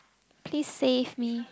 please save me